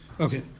Okay